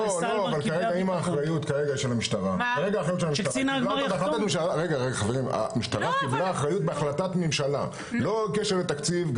המשטרה קיבלה אחריות בהחלטת ממשלה ללא קשר לתקציב.